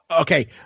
okay